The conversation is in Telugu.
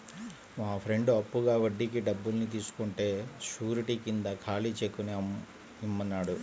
మా ఫ్రెండు అప్పుగా వడ్డీకి డబ్బుల్ని తీసుకుంటే శూరిటీ కింద ఖాళీ చెక్కుని ఇమ్మన్నాడు